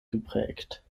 geprägt